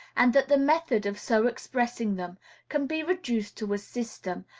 and that the method of so expressing them can be reduced to a system,